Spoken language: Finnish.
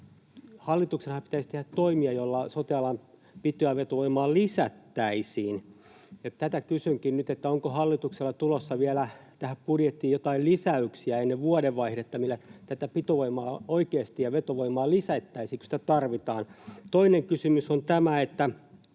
Hallituksenhan pitäisi tehdä toimia, joilla sote-alan pito- ja vetovoimaa lisättäisiin, ja tätä kysynkin nyt: onko hallituksella vielä tulossa tähän budjettiin ennen vuodenvaihdetta joitain lisäyksiä, millä oikeasti tätä pitovoimaa ja vetovoimaa lisättäisiin, kun sitä tarvitaan? Toinen kysymys on tämä, että